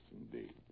indeed